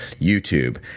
YouTube